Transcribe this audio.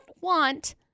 want